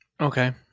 Okay